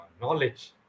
knowledge